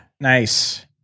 nice